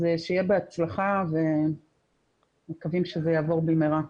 אז שיהיה בהצלחה ומקווים שזה יעבור במהרה.